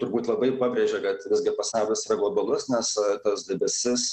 turbūt labai pabrėžė kad visgi pasaulis yra globalus nes tas debesis